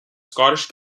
scottish